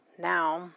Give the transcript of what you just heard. Now